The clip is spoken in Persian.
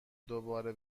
دوباره